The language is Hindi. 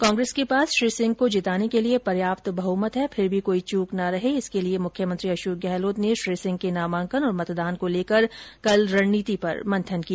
कांग्रेस के पास श्री सिंह को जिताने के लिये पर्याप्त बहुमत है फिर भी कोई चूक ना रहे इसके लिये मुख्यमंत्री अशोक गहलोत ने श्री सिंह के नामांकन और मतदान को लेकर कल रणनीति पर मंथन किया